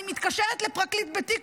אני מתקשרת לפרקליט בתיק,